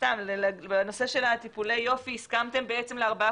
בנושא של טיפולי היופי הסכמתם לארבעה